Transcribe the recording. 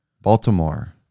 Baltimore